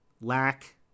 lack